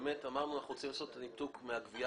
אמרנו שאנחנו רוצים לעשות ניתוק מהגבייה